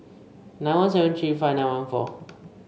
nine one seven three five nine one four